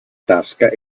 tasca